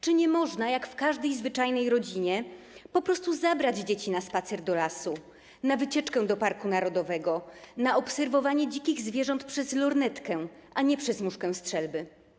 Czy nie można, jak w każdej zwyczajnej rodzinie, po prostu zabrać dzieci na spacer do lasu, na wycieczkę do parku narodowego, by mogły obserwować dzikie zwierzęta przez lornetkę, a nie przez muszkę do strzelby?